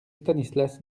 stanislas